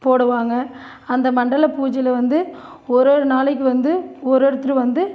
போடுவாங்க அந்த மண்டல பூஜையில வந்து ஒரு ஒரு நாளைக்கு வந்து ஒரு ஒருத்தர் வந்து